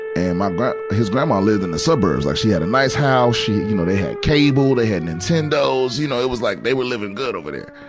and, my gra, his grandma lived in the suburbs. like, she had a nice house, she, you know, they had cable, they had nintendos. you know, it was like, they were living good over there.